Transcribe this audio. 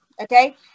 Okay